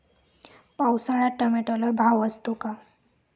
पावसाळ्यात टोमॅटोला भाव असतो का?